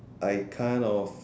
I kind of